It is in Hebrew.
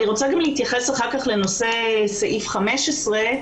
אני רוצה להתייחס לסעיף 15,